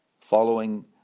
following